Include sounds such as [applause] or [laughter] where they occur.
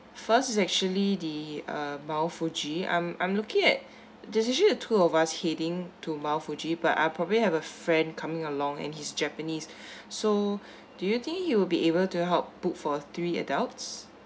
first is actually the uh mount fuji I'm I'm looking at this is actually two of us heading to mount fuji but I probably have a friend coming along and he's japanese [breath] so do you think you'll be able to help book for three adults